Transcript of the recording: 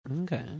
Okay